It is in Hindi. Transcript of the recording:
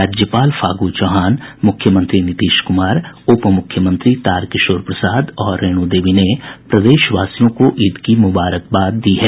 राज्यपाल फागू चौहान मुख्यमंत्री नीतीश कुमार उप मुख्यमंत्री तारकिशोर प्रसाद और रेणु देवी ने प्रदेशवासियों को ईद की मुबारकबाद दी है